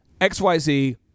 XYZ